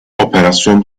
operasyon